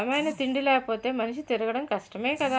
బలమైన తిండి లేపోతే మనిషి తిరగడం కష్టమే కదా